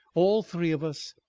all three of us,